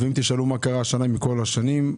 אם תשאלו מה קרה השנה מכל השנים,